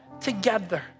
together